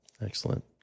Excellent